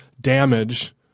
damage